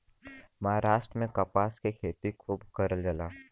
महाराष्ट्र में कपास के खेती खूब करल जाला